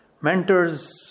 Mentors